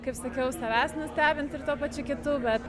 kaip sakiau savęs nustebint ir tuo pačiu kitų bet